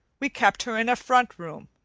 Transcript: we kept her in a front room,